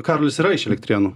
karolis yra iš elektrėnų